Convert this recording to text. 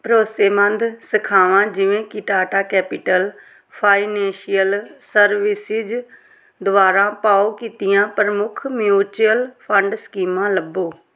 ਭਰੋਸੇਮੰਦ ਸ਼ਾਖਾਵਾਂ ਜਿਵੇਂ ਕਿ ਟਾਟਾ ਕੈਪੀਟਲ ਫਾਈਨੈਂਸ਼ੀਅਲ ਸਰਵਿਸਿਜ ਦੁਆਰਾ ਭਾਓ ਕੀਤੀਆਂ ਪ੍ਰਮੁੱਖ ਮਿਉਚੁਅਲ ਫੰਡ ਸਕੀਮਾਂ ਲੱਭੋ